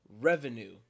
Revenue